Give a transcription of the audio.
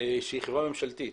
שהיא חברה ממשלתית,